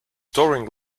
touring